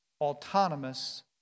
autonomous